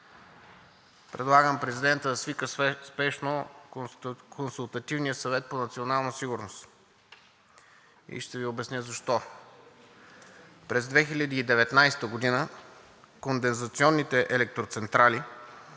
Предлагам президентът да свика спешно Консултативния съвет по национална сигурност. И ще Ви обясня защо. През 2019 г. кондензационните електроцентрали,